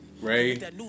Ray